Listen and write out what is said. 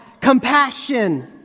Compassion